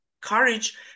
courage